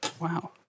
Wow